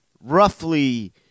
roughly